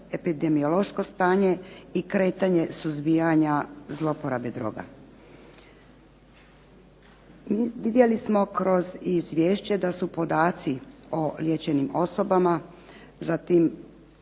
epidemiološko stanje i kretanje suzbijanja zlouporaba droga. Vidjeli smo kroz izvješće da su podaci o liječenim osobama, zatim